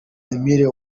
emile